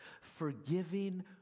forgiving